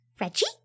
Reggie